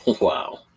Wow